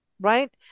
right